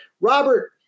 robert